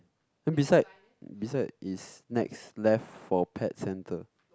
then beside beside is next left for pet centre